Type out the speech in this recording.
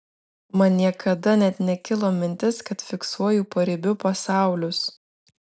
man niekada net nekilo mintis kad fiksuoju paribių pasaulius